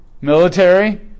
military